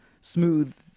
smooth